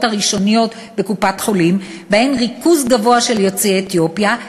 הראשוניות בקופת-חולים שבהן ריכוז גבוה של יוצאי אתיופיה,